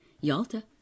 Yalta